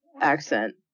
accent